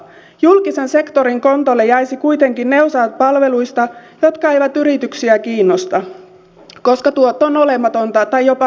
julkisen sektorin kontolle jäisivät kuitenkin ne osat palveluista jotka eivät yrityksiä kiinnosta koska tuotto on olematonta tai jopa miinusmerkkistä